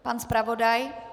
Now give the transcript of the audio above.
Pan zpravodaj?